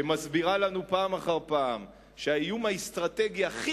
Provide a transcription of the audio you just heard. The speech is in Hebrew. שמסבירה לנו פעם אחר פעם שהאיום האסטרטגי הכי